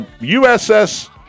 USS